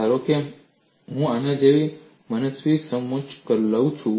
ધારો કે હું આના જેવું મનસ્વી સમોચ્ચ લઉં છું